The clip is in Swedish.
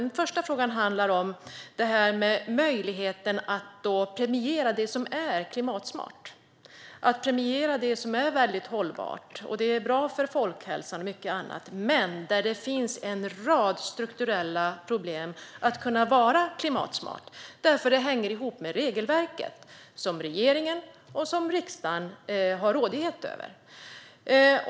Den första handlar om möjligheten att premiera det som är klimatsmart, hållbart och bra för folkhälsan men där det finns en rad strukturella problem som hänger ihop med regelverket, som regeringen och riksdagen har rådighet över.